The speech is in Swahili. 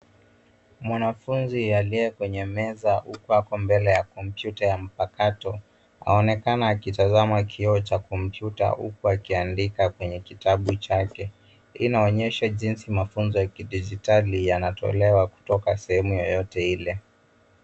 Mwanafunzi aliye kwenye meza huku ako mbele ya kompyuta ya mpakato aonekana akitazama kioo cha kompyuta huku akiandika kwenye kitabu chake. Hii inaonyesha jinsi mafunzo ya kidijitali yanatolewa kutoka sehemu yoyote ile.